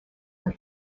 for